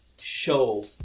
show